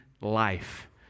life